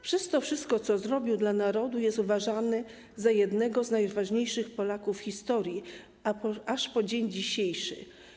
Przez to wszystko, co zrobił dla narodu, jest uważany za jednego z najważniejszych Polaków w historii aż po dzień dzisiejszy.